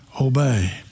obey